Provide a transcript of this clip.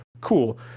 Cool